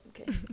okay